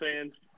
fans